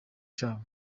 cabo